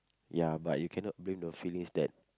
ya but you cannot bring your feelings that